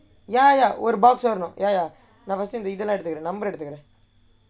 ya ya ஒரு:oru box வரும்:varum ya ya நான்:naan first வந்து இதேயெல்லாம்:vanthu ithaeyellaam